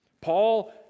Paul